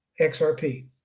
XRP